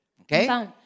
Okay